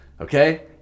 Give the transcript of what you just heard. okay